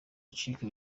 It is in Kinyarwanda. acika